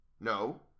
No